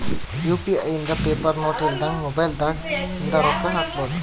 UPI ಇಂದ paper note ಇಲ್ದಂಗ mobile ದಾಗ ಇಂದ ರೊಕ್ಕ ಹಕ್ಬೊದು